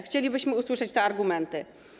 Chcielibyśmy usłyszeć argumenty.